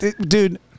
dude